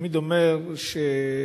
תמיד אומר שהכנסת,